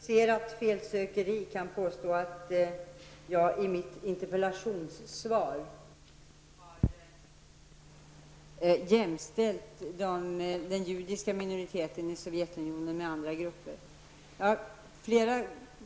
Herr talman! Bara den som ägnar sig åt kvalificerat felsökeri kan påstå att jag i mitt interpellationssvar har jämställt den judiska minoriteten i Sovjetunionen med andra grupper.